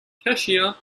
cashier